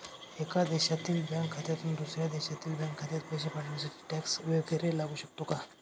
एका देशातील बँक खात्यातून दुसऱ्या देशातील बँक खात्यात पैसे पाठवण्यासाठी टॅक्स वैगरे लागू शकतो का?